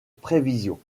prévisions